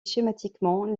schématiquement